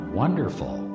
wonderful